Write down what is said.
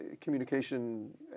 communication